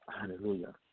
hallelujah